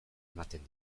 ematen